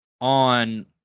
on